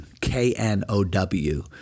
K-N-O-W